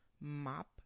Map